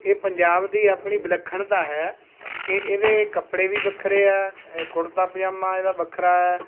ਇਹ ਪੰਜਾਬ ਦੀ ਆਪਣੀ ਵਿਲੱਖਣਤਾ ਹੈ ਕਿ ਇਹਦੇ ਕੱਪੜੇ ਵੀ ਵੱਖਰੇ ਹੈ ਕੁੜਤਾ ਪਜਾਮਾ ਇਹਦਾ ਵੱਖਰਾ ਹੈ